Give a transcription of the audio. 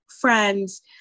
friends